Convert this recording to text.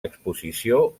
exposició